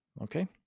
Okay